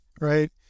right